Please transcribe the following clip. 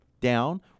down